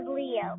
Leo